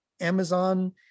Amazon